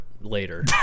later